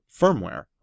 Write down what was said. firmware